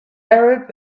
arab